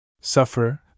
Suffer